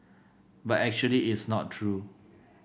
but actually it's not true